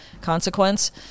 consequence